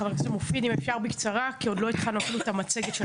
מופיד, בבקשה בקצרה כי עוד לא התחלנו את המצגת.